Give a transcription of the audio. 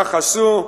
כך עשו,